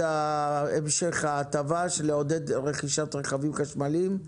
המשך ההטבה לעודד רכישת רכבים חשמליים,